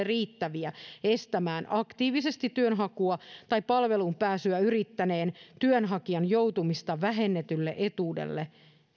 riittäviä estämään aktiivisesti työnhakua tai palveluun pääsyä yrittäneen työnhakijan joutumista vähennetylle etuudelle